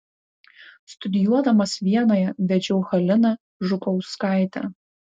studijuodamas vienoje vedžiau haliną žukauskaitę